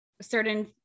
certain